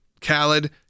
Khaled